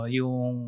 yung